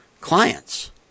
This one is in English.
clients